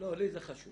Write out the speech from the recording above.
לא, לי זה חשוב,